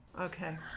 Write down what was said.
Okay